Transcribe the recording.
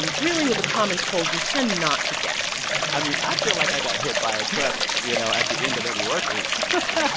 um really, with the common cold you tend not to get i mean, i feel like i got hit by a truck, you know, at the end of every work week, maddie yeah